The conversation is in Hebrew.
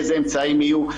איזה אמצעים יהיו,